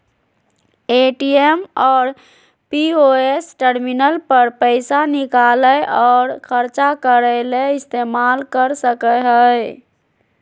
ATM और POS terminal पर पैसा निकालय और ख़र्चा करय ले इस्तेमाल कर सकय हइ